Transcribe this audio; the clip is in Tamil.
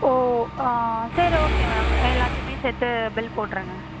ஓ சரி ஓகே மேம் எல்லாத்தையுமே சேர்த்து பில் போட்டுருங்க